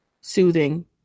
soothing